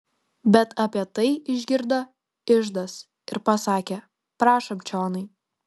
bet apie tai išgirdo iždas ir pasakė prašom čionai